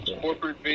corporate